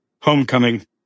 Homecoming